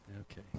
okay